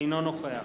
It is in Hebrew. אינו נוכח